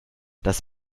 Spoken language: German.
das